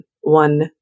one